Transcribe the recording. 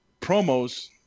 promos